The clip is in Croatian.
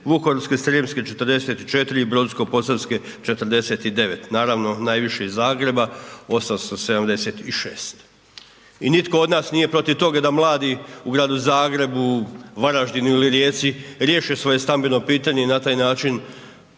Vukovarsko-srijemske 44 i Brodsko-posavske 49. Naravno najviše iz Zagreba 876. I nitko od nas nije protiv tog da mladi u gradu Zagrebu, Varaždinu ili Rijeci riješe svoje stambeno pitanje i na taj način